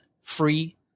free